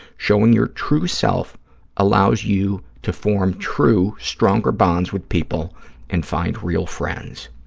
showing your true self allows you to form true, stronger bonds with people and find real friends.